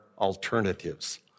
alternatives